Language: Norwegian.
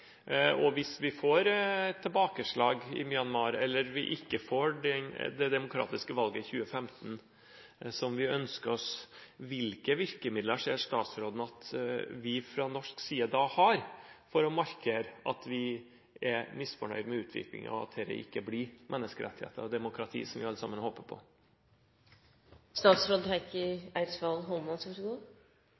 og hvis vi får tilbakeslag i Myanmar, eller vi ikke får det demokratiske valget i 2015 som vi ønsker oss. Hvilke virkemidler ser statsråden at vi fra norsk side da har for å markere at vi er misfornøyd med utviklingen, at det ikke blir menneskerettigheter og demokrati som vi alle sammen håper